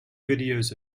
videos